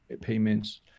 payments